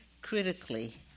critically